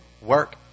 work